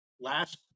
last